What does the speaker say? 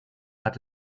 hat